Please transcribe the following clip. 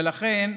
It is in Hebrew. ולכן,